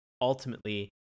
ultimately